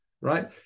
Right